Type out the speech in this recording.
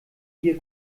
hier